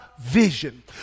vision